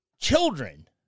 Children